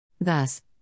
Thus